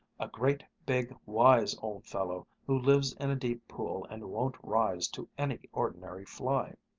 a great big, wise old fellow, who lives in a deep pool and won't rise to any ordinary fly.